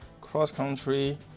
cross-country